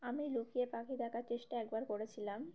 আমি লুকিয়ে পাখি দেখার চেষ্টা একবার করেছিলাম